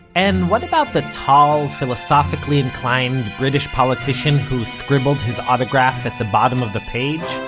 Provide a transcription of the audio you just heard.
and what about the tall, philosophically-inclined, british politician who scribbled his autograph at the bottom of the page?